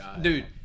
Dude